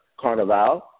Carnival